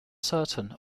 certain